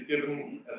given